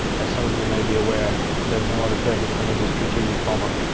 as some of you may be aware, serves no other purpose than as a strategic bomber.